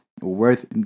worth